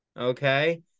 Okay